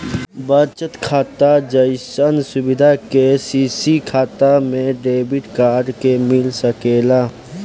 बचत खाता जइसन सुविधा के.सी.सी खाता में डेबिट कार्ड के मिल सकेला का?